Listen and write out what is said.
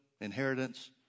inheritance